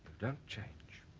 don't change